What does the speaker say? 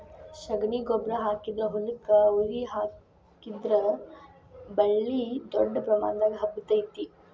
ಶಗಣಿ ಗೊಬ್ಬ್ರಾ ಹಾಕಿದ ಹೊಲಕ್ಕ ಅವ್ರಿ ಹಾಕಿದ್ರ ಬಳ್ಳಿ ದೊಡ್ಡ ಪ್ರಮಾಣದಾಗ ಹಬ್ಬತೈತಿ